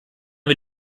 wir